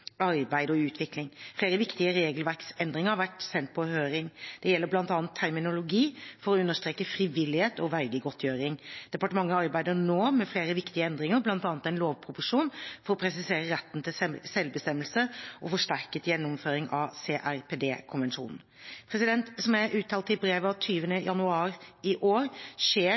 arbeid og utvikling. Flere viktige regelverksendringer har vært sendt på høring. Dette gjelder bl.a. terminologi for å understreke frivillighet og vergegodtgjøring. Departementet arbeider nå med flere viktige endringer, bl.a. en lovproposisjon for å presisere retten til selvbestemmelse og forsterket gjennomføring av CRPD-konvensjonen. Som jeg uttalte i brev 20. januar i år, skjer